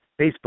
Facebook